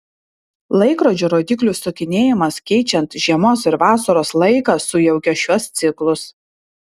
laikrodžio rodyklių sukinėjimas keičiant žiemos ir vasaros laiką sujaukia šiuos ciklus